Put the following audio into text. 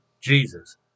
Jesus